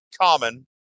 common